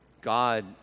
God